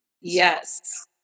Yes